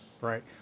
right